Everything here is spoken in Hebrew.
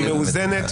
היא מאוזנת.